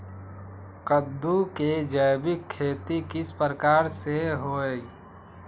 कददु के जैविक खेती किस प्रकार से होई?